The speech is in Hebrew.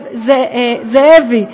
זאבי,